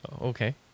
Okay